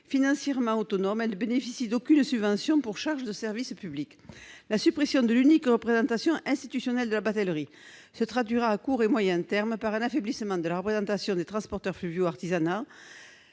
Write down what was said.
Financièrement autonome, elle ne bénéficie d'aucune subvention pour charges de service public. La suppression de l'unique représentation institutionnelle de la batellerie se traduira à court et moyen terme par un affaiblissement de la représentation des transporteurs fluviaux artisans,